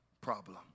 problem